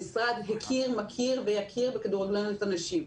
המשרד הכיר, מכיר ויכיר בכדורגלניות נשים.